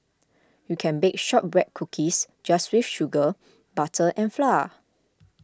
you can bake Shortbread Cookies just with sugar butter and flour